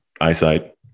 eyesight